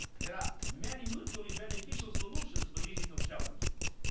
there are many mutually beneficial solutions for digital challenges.